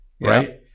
right